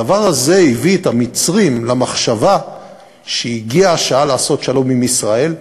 הדבר הזה הביא את המצרים למחשבה שהגיעה השעה לעשות שלום עם ישראל.